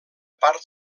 part